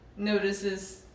notices